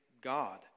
God